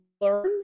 learn